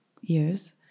years